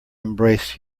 embrace